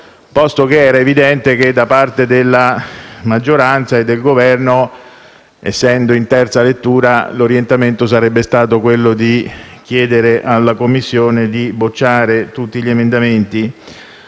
Posto che era evidente che, da parte della maggioranza e del Governo, essendo il provvedimento in terza lettura, l'orientamento sarebbe stato quello di chiedere alla Commissione di respingere tutti gli emendamenti,